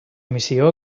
missió